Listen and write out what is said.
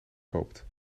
koopt